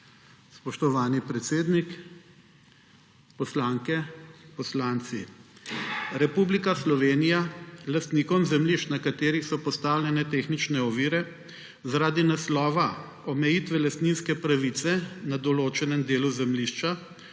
Spoštovani predsednik, poslanke, poslanci! Republika Slovenija lastnikom zemljišč, na katerih so postavljene tehnične ovire, zaradi naslova omejitve lastninske pravice na določenem delu zemljišča